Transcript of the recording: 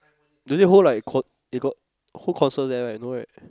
do they hold like code they got hold concert there right no right